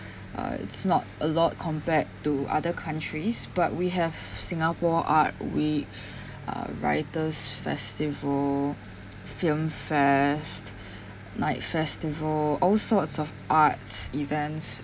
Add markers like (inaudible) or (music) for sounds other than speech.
uh it's not a lot compared to other countries but we have singapore art we (breath) uh writers festival film fest (breath) night festival all sorts of arts events